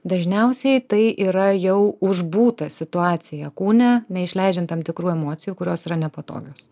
dažniausiai tai yra jau užbūta situacija kūne neišleidžiant tam tikrųjų emocijų kurios yra nepatogios